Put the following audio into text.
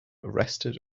arrested